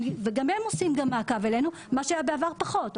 וגם הם עושים מעקב מה שבעבר היה פחות.